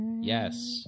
Yes